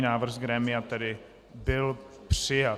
Návrh z grémia tedy byl přijat.